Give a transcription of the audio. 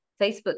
Facebook